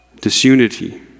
disunity